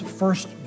first